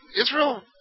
Israel